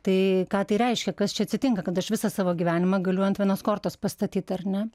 tai ką tai reiškia kas čia atsitinka kad aš visą savo gyvenimą galiu ant vienos kortos pastatyt ar ne